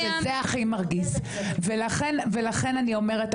שזה הכי מרגיז ולכן אני אומרת,